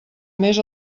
més